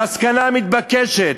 המסקנה המתבקשת,